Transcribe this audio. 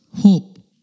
hope